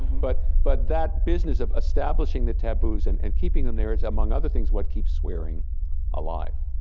but but that business of establishing the taboos and and keeping them there is, among other things, what keeps swearing alive.